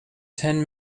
ten